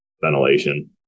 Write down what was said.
ventilation